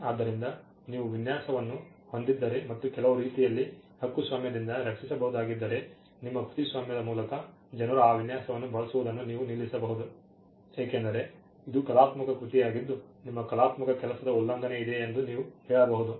ಆದ್ದರಿಂದ ನೀವು ವಿನ್ಯಾಸವನ್ನು ಹೊಂದಿದ್ದರೆ ಮತ್ತು ಕೆಲವು ರೀತಿಯಲ್ಲಿ ಹಕ್ಕುಸ್ವಾಮ್ಯದಿಂದ ರಕ್ಷಿಸಬಹುದಾಗಿದ್ದರೆ ನಿಮ್ಮ ಕೃತಿಸ್ವಾಮ್ಯದ ಮೂಲಕ ಜನರು ಆ ವಿನ್ಯಾಸವನ್ನು ಬಳಸುವುದನ್ನು ನೀವು ನಿಲ್ಲಿಸಬಹುದು ಏಕೆಂದರೆ ಇದು ಕಲಾತ್ಮಕ ಕೃತಿಯಾಗಿದ್ದು ನಿಮ್ಮ ಕಲಾತ್ಮಕ ಕೆಲಸದ ಉಲ್ಲಂಘನೆ ಇದೆ ಎಂದು ನೀವು ಹೇಳಬಹುದು